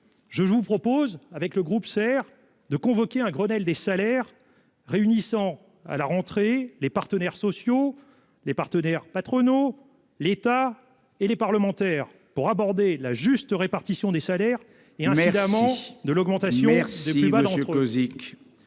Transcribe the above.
SER vous propose de convoquer un Grenelle des salaires réunissant à la rentrée les partenaires sociaux et patronaux, l'État et les parlementaires pour discuter de la juste répartition des salaires et, incidemment, de l'augmentation des plus bas d'entre eux.